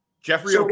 Jeffrey